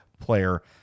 player